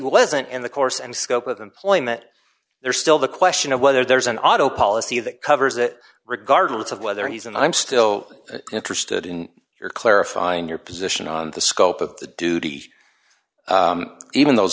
wasn't in the course and scope of employment there is still the question of whether there's an auto policy that covers that regardless of whether he's and i'm still interested in your clarifying your position on the scope of the duty even those